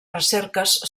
recerques